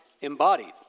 embodied